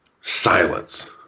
silence